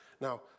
Now